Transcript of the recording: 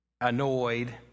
annoyed